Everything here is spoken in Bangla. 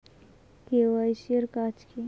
কে.ওয়াই.সি এর কাজ কি?